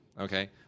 Okay